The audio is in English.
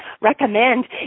recommend